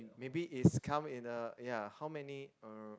maybe is come in a ya how many er